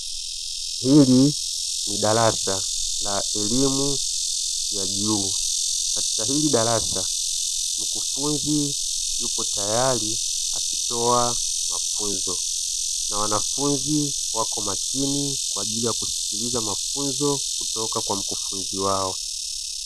Hili ni darasa la elimu ya juu, katika hili darasa mkufunzi yupo tayari akitoa mafunzo, na wanafunzi wako makini kwa ajili ya kusikiliza mafunzo kutoka kwa mkufunzi wao.